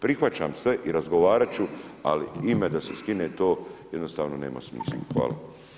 Prihvaćam sve i razgovarat ću ali ime da se skine, to jednostavno nema smisla, hvala.